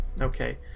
Okay